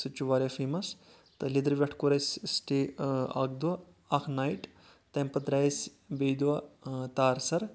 سُہ تہِ چھُ واریاہ فیمس تہٕ لیدٕروٹھ کوٚر اَسہِ سٹے اَکھ دۄہ اَکھ نایٹ تمہِ پتہٕ درٛایہِ أسۍ بیٚیہِ دۄہ تارسر